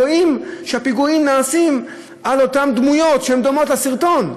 רואים שהפיגועים נעשים על אותן דמויות שדומות לאלה בסרטון,